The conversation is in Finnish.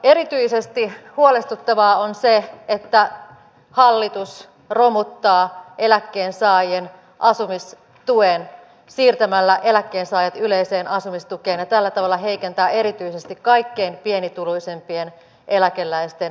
erityisesti huolestuttavaa on se että hallitus romuttaa eläkkeensaajien asumistuen siirtämällä eläkkeensaajat yleiseen asumistukeen ja tällä tavalla heikentää erityisesti kaikkein pienituloisimpien eläkeläisten asemaa